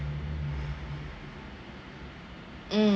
mm~